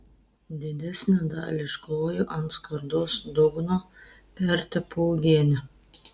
didesnę dalį iškloju ant skardos dugno pertepu uogiene